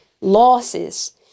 losses